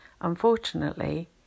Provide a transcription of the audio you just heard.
Unfortunately